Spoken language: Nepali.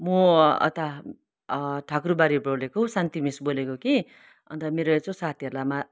म यता ठाकुरबाडी बोलेको शान्ति मिस बोलेको कि अन्त मेरो यसो साथीहरूलाई